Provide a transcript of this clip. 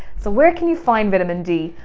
so where can you find vitamin d?